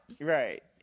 Right